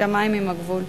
השמים הם הגבול.